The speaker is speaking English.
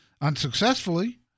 Unsuccessfully